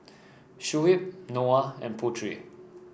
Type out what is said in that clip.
Shuib Noah and Putri